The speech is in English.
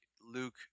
Luke